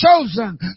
chosen